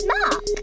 Mark